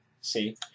See